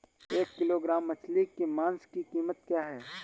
एक किलोग्राम मछली के मांस की कीमत क्या है?